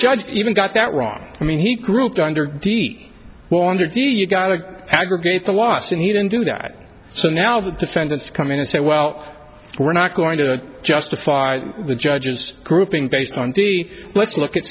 judge even got that wrong i mean he grouped under deep well under do you got to aggregate the loss and he didn't do that so now the defendants come in and say well we're not going to justify the judge's grouping based on t v let's look a